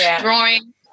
drawing